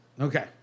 Okay